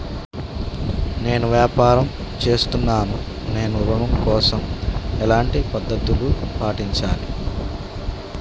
నేను వ్యాపారం చేస్తున్నాను నేను ఋణం కోసం ఎలాంటి పద్దతులు పాటించాలి?